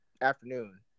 Afternoon